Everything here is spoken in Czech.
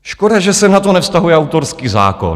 Škoda, že se na to nevztahuje autorský zákon.